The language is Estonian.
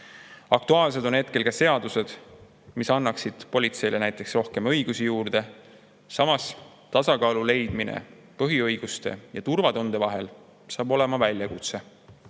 Aktuaalsed on hetkel ka seadused, mis annaksid näiteks politseile rohkem õigusi juurde. Samas saab tasakaalu leidmine põhiõiguste ja turvatunde vahel olema väljakutse.